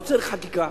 לא צריך חקיקה,